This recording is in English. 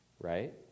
right